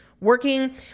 working